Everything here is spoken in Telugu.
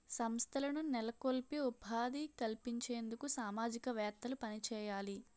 సంస్థలను నెలకొల్పి ఉపాధి కల్పించేందుకు సామాజికవేత్తలు పనిచేయాలి